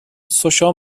سوشا